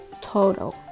total